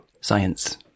Science